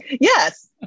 Yes